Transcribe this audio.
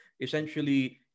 essentially